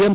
M